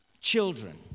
children